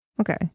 Okay